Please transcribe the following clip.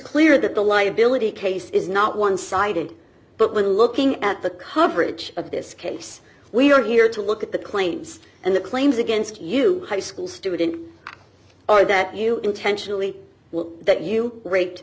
clear that the liability case is not one sided but when looking at the coverage of this case we're here to look at the claims and the claims against you high school student or that you intentionally will that you ra